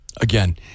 again